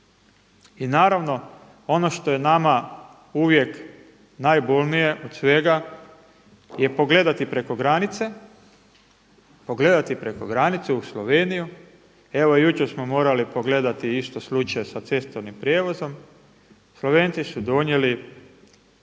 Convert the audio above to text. I naravno ono što je nama uvijek najbolnije od svega je pogledati preko granice u Sloveniju. Evo jučer smo morali pogledati isto slučaj sa cestovnim prijevozom. Slovenci su donijeli